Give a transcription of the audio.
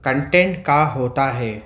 content کا ہوتا ہے